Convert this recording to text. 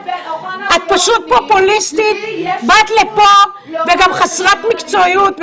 את פשוט פופוליסטית וחסרת מקצועיות,